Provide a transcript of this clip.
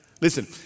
Listen